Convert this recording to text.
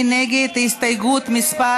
מי נגד הסתייגות מס'